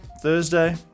Thursday